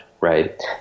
right